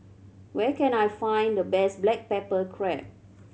where can I find the best black pepper crab